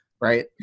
right